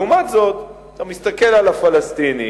לעומת זאת, אתה מסתכל על הפלסטינים,